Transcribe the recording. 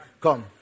Come